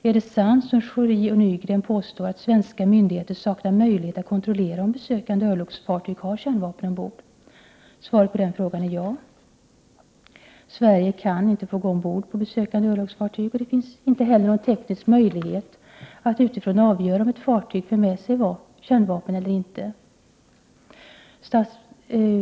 Är det sant, som Schori och Nygren påstår, att svenska myndigheter saknar möjlighet att kontrollera om besökande örlogsfartyg har kärnvapen ombord? Svaret på den frågan var ja. Sverige kan enligt internationell lag inte utan lov få gå ombord på besökande örlogsfartyg. Det finns enligt svaret inte heller någon teknisk möjlighet att avgöra om ett fartyg för med sig kärnvapen eller inte.